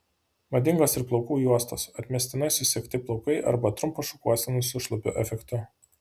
madingos ir plaukų juostos atmestinai susegti plaukai arba trumpos šukuosenos su šlapiu efektu